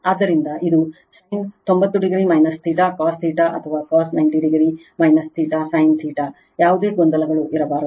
ಆದ್ದರಿಂದ ಇದು sin 90 o theta cos theta ಅಥವಾ cos 90 o theta sin theta ಯಾವುದೇ ಗೊಂದಲಗಳು ಇರಬಾರದು